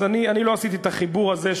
אז אני לא עשיתי את החיבור הזה,